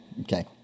okay